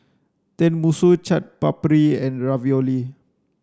Tenmusu Chaat Papri and Ravioli